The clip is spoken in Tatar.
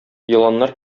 еланнар